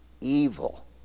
evil